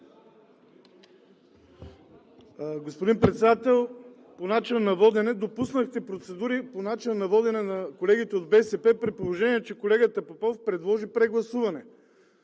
Господин Председател, по начина на водене допуснахте процедури на колегите от БСП, при положение че колегата Попов предложи прегласуване